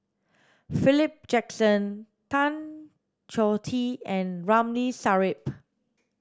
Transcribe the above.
Philip Jackson Tan Choh Tee and Ramli Sarip